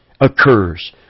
occurs